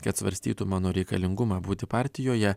kad svarstytų mano reikalingumą būti partijoje